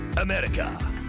America